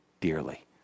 dearly